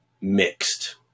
mixed